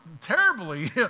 terribly